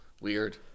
Weird